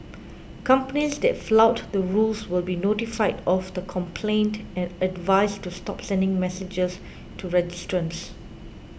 companies that flout the rules will be notified of the complaint and advised to stop sending messages to registrants